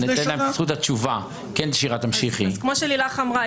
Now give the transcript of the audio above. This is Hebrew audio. אז כמו שלילך אמרה,